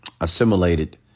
assimilated